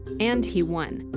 and he won.